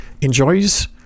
enjoys